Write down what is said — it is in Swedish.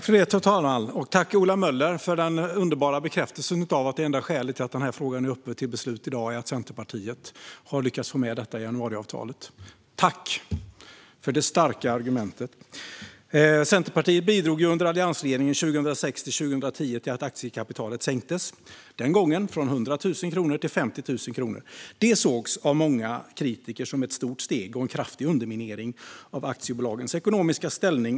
Fru talman! Tack, Ola Möller, för den underbara bekräftelsen av att det enda skälet till att den här frågan är uppe till beslut i dag är att Centerpartiet har lyckats få med den i januariavtalet! Tack för det starka argumentet! Centerpartiet bidrog under alliansregeringen 2006-2010 till att aktiekapitalet sänktes, den gången från 100 000 kronor till 50 000 kronor. Det sågs av många kritiker som ett stort steg och en kraftig underminering av aktiebolagens ekonomiska ställning.